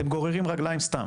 אתם גוררים רגליים סתם